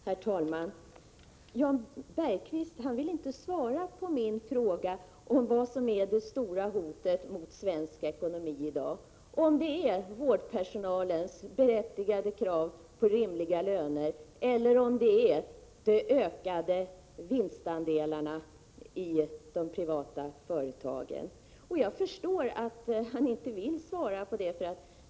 Herr talman! Jan Bergqvist vill inte svara på min fråga vad som är det stora hotet mot svensk ekonomi i dag — om det är vårdpersonalens berättigade krav på rimliga löner eller om det är de ökade vinstandelarna i de privata företagen. Och jag förstår att han inte vill svara på det.